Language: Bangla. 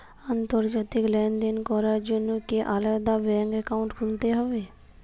আন্তর্জাতিক লেনদেন করার জন্য কি আলাদা ব্যাংক অ্যাকাউন্ট খুলতে হবে?